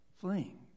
fling